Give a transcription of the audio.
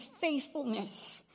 faithfulness